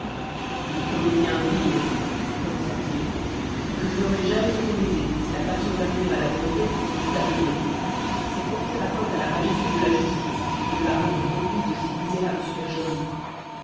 une comédie indigne prononça-t-il et que je n'aurais jamais autorisée si la passion d'arriver à la vérité ne m'eût aveuglé c'est porter atteinte à la majesté de la justice que de la rendre complice de si misérables supercheries